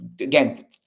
again